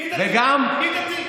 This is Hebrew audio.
מי דתי?